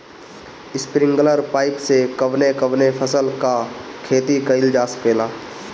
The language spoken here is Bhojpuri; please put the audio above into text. स्प्रिंगलर पाइप से कवने कवने फसल क खेती कइल जा सकेला?